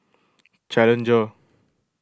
challenger